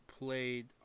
played